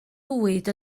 fwyd